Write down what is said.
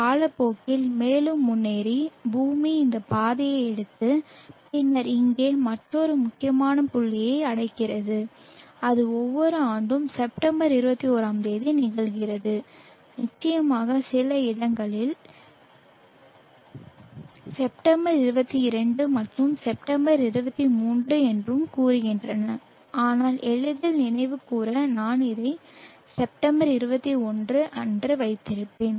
காலப்போக்கில் மேலும் முன்னேறி பூமி இந்த பாதையை எடுத்து பின்னர் இங்கே மற்றொரு முக்கியமான புள்ளியை அடைகிறது அது ஒவ்வொரு ஆண்டும் செப்டம்பர் 21 ஆம் தேதி நிகழ்கிறது நிச்சயமாக சில இலக்கியங்கள் செப்டம்பர் 22 அல்லது செப்டம்பர் 23 என்று கூறுகின்றன ஆனால் எளிதில் நினைவுகூர நான் அதை செப்டம்பர் 21 அன்று வைத்திருப்பேன்